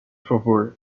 favor